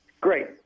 Great